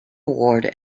award